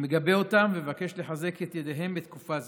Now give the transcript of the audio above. אני מגבה אותם ומבקש לחזק את ידיהם בתקופה זו.